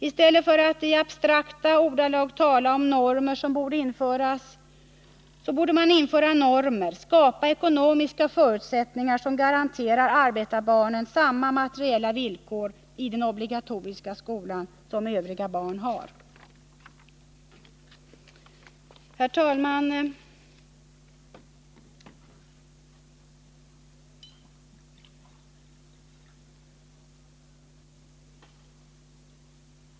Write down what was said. I stället för att i abstrakta ordalag bara tala om normer som borde införas, så borde man verkligen införa normer, skapa ekonomiska förutsättningar som garanterar arbetarbarnen samma materiella Nr 117 villkor i den obligatoriska skolan som övriga barn har. Torsdagen den Herr talman!